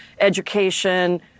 education